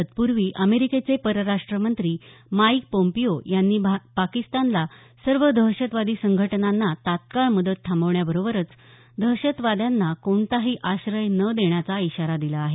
तत्पूर्वी अमेरिकेचे परराष्ट्र मंत्री माईक पोम्पीओ यांनी पाकिस्तानला सर्व दहशतवादी संघटनांना तात्काळ मदत थांबवण्याबरोबरच दहशतवाद्यांना कोणताही आश्रय न देण्याचा इशारा दिला आहे